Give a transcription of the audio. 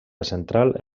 central